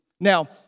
Now